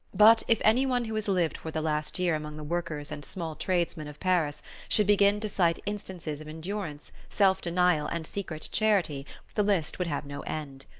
but if any one who has lived for the last year among the workers and small tradesmen of paris should begin to cite instances of endurance, self-denial and secret charity, the list would have no end.